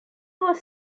was